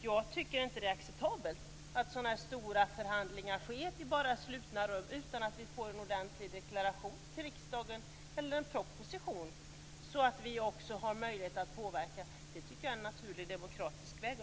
Jag tycker inte att det är acceptabelt att så stora förhandlingar genomförs enbart i slutna rum, utan att riksdagen får en ordentlig deklaration eller proposition, så att också vi får möjlighet till påverkan. Jag tycker att det är en naturlig demokratisk väg.